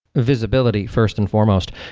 visibility, first and foremost.